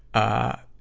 a